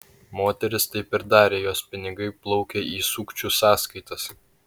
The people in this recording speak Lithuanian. moteris taip ir darė jos pinigai plaukė į sukčių sąskaitas